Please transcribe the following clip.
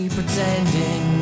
Pretending